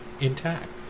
intact